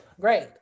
Great